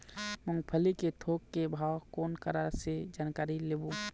मूंगफली के थोक के भाव कोन करा से जानकारी लेबो?